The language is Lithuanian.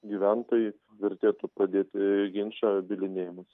gyventojai vertėtų pradėti ginčą bylinėjimus